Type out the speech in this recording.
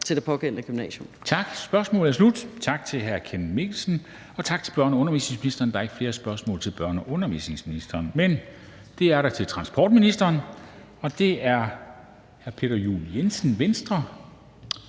Dam Kristensen): Tak. Spørgsmålet er slut. Tak til hr. Kenneth Mikkelsen, og tak til børne- og undervisningsministeren. Der er ikke flere spørgsmål til børne- og undervisningsministeren. Men det er der til transportministeren, og det er fra hr. Peter Juel-Jensen, Venstre,